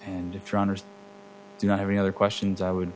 and you do not have any other questions i would